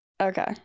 Okay